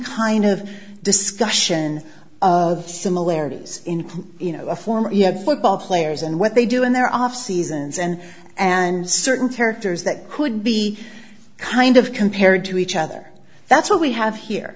kind of discussion of similarities in you know a former football players and what they do in their off seasons and and certain characters that could be kind of compared to each other that's what we have here